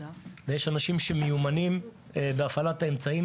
ויש אנשים שמיומנים בהפעלת האמצעים